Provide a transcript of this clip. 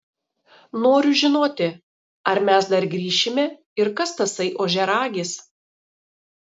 noriu žinoti ar mes dar grįšime ir kas tasai ožiaragis